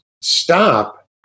stop